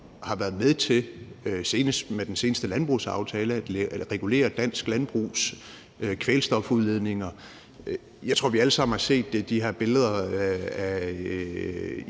har været med til, senest med den seneste landbrugsaftale, at regulere dansk landbrugs kvælstofudledninger. Jeg tror, vi alle sammen har set de her billeder af